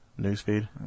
Newsfeed